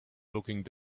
looking